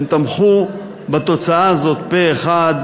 והם תמכו בתוצאה הזאת פה-אחד,